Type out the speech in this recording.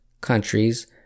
countries